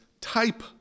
type